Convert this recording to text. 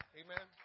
amen